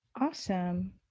awesome